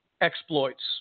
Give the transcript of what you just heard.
exploits